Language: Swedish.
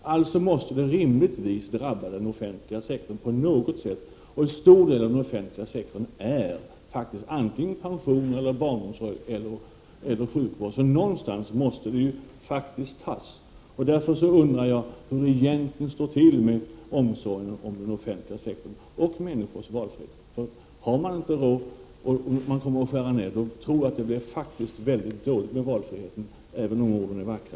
Alltså måste den offentliga sektorn rimligen drabbas på något sätt, och en stor del av den offentliga sektorn gäller faktiskt antingen pension, barnomsorg eller sjukvård. Någonstans måste faktiskt pengarna tas. Därför undrar jag hur det egentligen står till med omsorgen om den offentliga sektorn och människors valfrihet. Har man inte råd och skär man ned tror jag faktiskt att det blir mycket dåligt med valfriheten, även om orden är vackra.